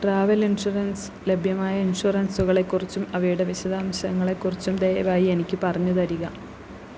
travel insurance ലഭ്യമായ ഇൻഷുറൻസുകളെ കുറിച്ചും അവയുടെ വിശദാംശങ്ങളെ കുറിച്ചും ദയവായി എനിക്ക് പറഞ്ഞുതരിക